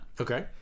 Okay